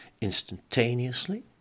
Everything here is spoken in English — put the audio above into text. instantaneously